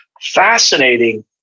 fascinating